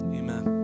amen